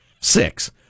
Six